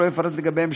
שלא אפרט לגביהם,